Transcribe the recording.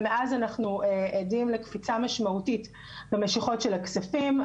ומאז אנחנו עדים לקפיצה משמעותית במשיכות של הכספים.